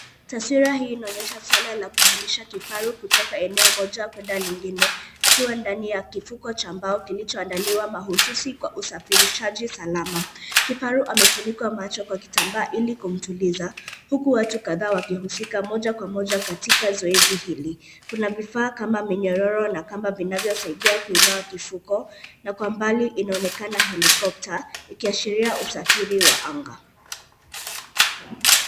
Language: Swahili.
Taswira hii inaonyesha swala la kuhamisha kifaru kutoka eneo moja kuenda lingine, akiwa ndani ya kifuko cha mbao kilicho andaliwa mahususi kwa usafirishaji salama. Kifaru amefunikwa macho kwa kitambaa ili kumtuliza, huku watu kadhaa wakihusika moja kwa moja katika zoezi hili. Kuna vifaa kama minyororo na kamba vinavyosaidia kuinua kifuko, na kwambali inaonekana helikopta ikiashiria usafiri wa anga.